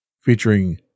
Featuring